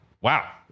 wow